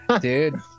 dude